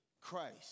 Christ